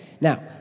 now